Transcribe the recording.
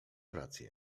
rację